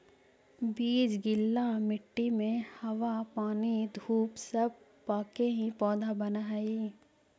बीज गीला मट्टी में हवा पानी धूप सब पाके ही पौधा बनऽ हइ